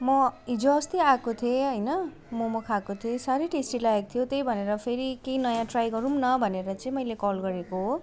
म हिजो अस्ति आएको थिएँ होइन मोमो खाएको थिएँ साह्रै टेस्टी लागेको थियो त्यही भनेर फेरि केही नयाँ ट्राई गरौँ न भनेर चाहिँ मैले कल गरेको हो